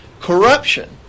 corruption